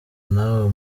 nawe